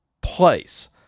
place